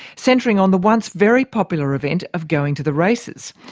centring on the once very popular event of going to the races.